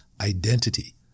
identity